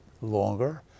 longer